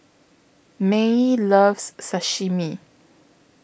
Maye loves Sashimi